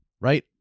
right